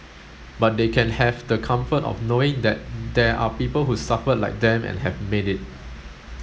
but they can have the comfort of knowing that there are people who suffered like them and have made it